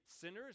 sinners